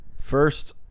First